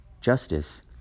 justice